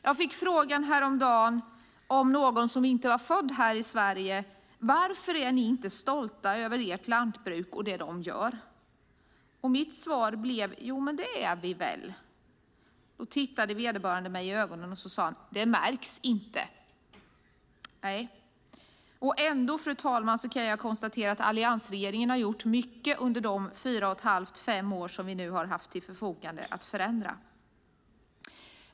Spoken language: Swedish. Jag fick häromdagen frågan, av någon som inte var född i Sverige, varför vi inte är stolta över vårt lantbruk och det som de gör. Mitt svar blev att jo, det är vi väl. Då tittade vederbörande mig i ögonen och sade: Det märks inte. Ändå kan jag, fru talman, konstatera att alliansregeringen gjort mycket under de fyra och ett halvt till fem år som vi haft till förfogande för att förändra.